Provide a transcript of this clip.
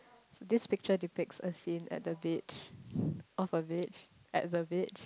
so this picture depicts a scene at the beach of a beach at the beach